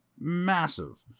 Massive